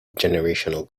generational